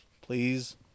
Please